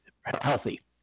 healthy